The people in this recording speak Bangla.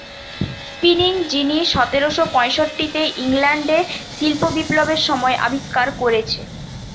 স্পিনিং যিনি সতেরশ পয়ষট্টিতে ইংল্যান্ডে শিল্প বিপ্লবের সময় আবিষ্কার কোরেছে